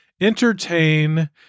entertain